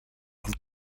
und